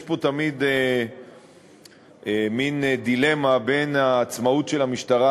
יש פה תמיד מין דילמה בין העצמאות של המשטרה